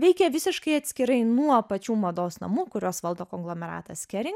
veikė visiškai atskirai nuo pačių mados namų kuriuos valdo konglomeratas kering